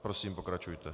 Prosím, pokračujte.